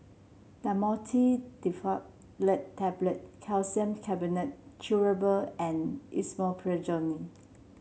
Dhamotil Diphenoxylate Tablets Calcium Carbonate Chewable and Esomeprazole